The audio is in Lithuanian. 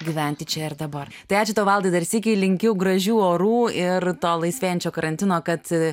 gyventi čia ir dabar tai ačiū tau valdai dar sykį linkiu gražių orų ir to laisvėjančio karantino kad